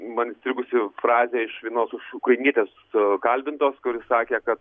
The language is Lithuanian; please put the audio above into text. man įstrigusi frazė iš vienos iš ukrainietės kalbintos kuris sakė kad